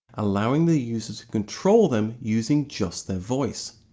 allowing the user to control them using just their voice.